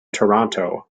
toronto